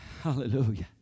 Hallelujah